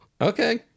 okay